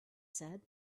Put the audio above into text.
said